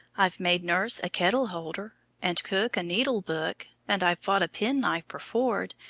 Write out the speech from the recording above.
i've made nurse a kettleholder, and cook a needlebook, and i've bought a penknife for ford,